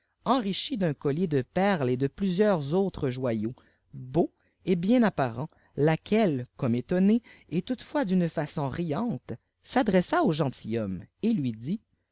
enrichie d'un collier de perles et de plusieurs autres joyaux beaux et bien apparents lafiiene comme éfonnée et toutefois d'une façon riante s'adressa au gentilfiommn et lui dît